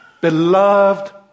beloved